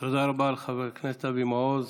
תודה רבה לחבר כנסת אבי מעוז.